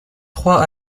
trois